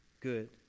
good